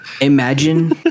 Imagine